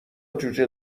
جوجه